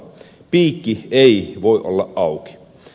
piikki ei voi olla auki